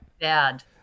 bad